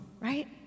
right